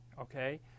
okay